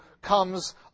comes